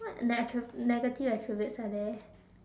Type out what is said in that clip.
what ne~ negative attributes are there